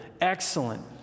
excellent